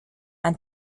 and